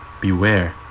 Beware